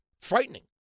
Frightening